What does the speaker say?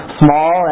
small